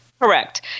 Correct